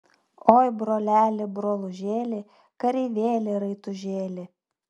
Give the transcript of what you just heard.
oi broleli brolužėli kareivėli raitužėli